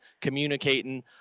communicating